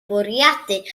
bwriadu